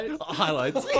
highlights